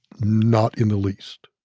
not in the least